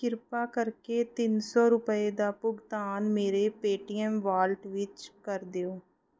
ਕਿਰਪਾ ਕਰਕੇ ਤਿੰਨ ਸੌ ਰੁਪਏ ਦਾ ਭੁਗਤਾਨ ਮੇਰੇ ਪੇ ਟੀ ਐੱਮ ਵਾਲਟ ਵਿੱਚ ਕਰ ਦਿਓ